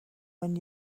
when